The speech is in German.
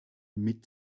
mit